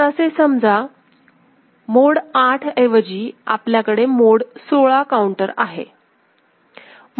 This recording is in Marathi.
तर असे समजा मोड 8 ऐवजी आपल्याकडे मोड 16 काऊंटर आहे